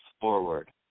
forward